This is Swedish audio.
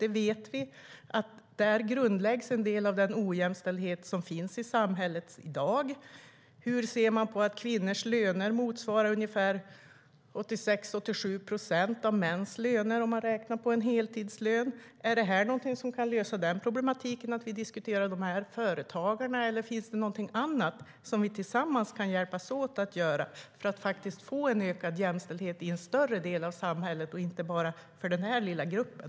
Vi vet att där grundläggs en del av den ojämställdhet som finns i samhället i dag. Hur ser man på att kvinnors löner motsvarar ungefär 86-87 procent av mäns löner - räknat på en heltidslön? Är det något som kan lösa problemen med de företag vi diskuterar? Eller finns det något annat som vi tillsammans kan hjälpas åt att göra för att faktiskt få en ökad jämställdhet i en större del av samhället och inte bara för den lilla gruppen?